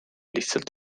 lihtsalt